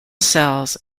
cells